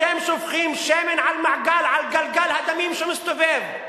אתם שופכים שמן על גלגל הדמים שמסתובב.